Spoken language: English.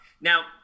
now